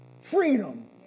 freedom